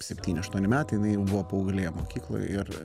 septyni aštuoni metai jinai jau buvo paauglė mokykloj ir